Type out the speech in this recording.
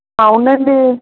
అవునండీ